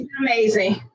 amazing